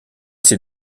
s’est